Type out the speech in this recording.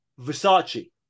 Versace